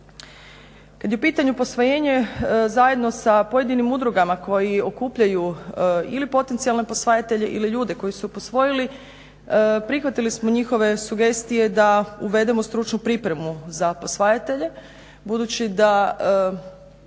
Kada je u pitanju posvojenje, zajedno sa pojedinim udrugama koji okupljaju ili potencijalne posvajatelje ili ljude koji su posvojili, prihvatili smo njihove sugestije da uvedemo stručnu pripremu za posvajatelje. Budući da,